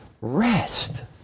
rest